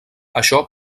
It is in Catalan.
això